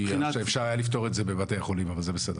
היה אפשר לפתור את זה בבתי החולים, אבל בסדר.